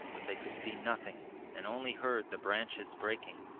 but they could see nothing and only heard the branches breaking.